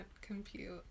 compute